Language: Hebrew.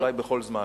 ואולי בכל זמן,